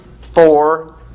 four